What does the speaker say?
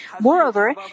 Moreover